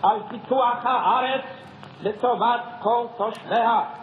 על פיתוח הארץ לטובת כל תושביה,